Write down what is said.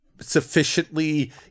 sufficiently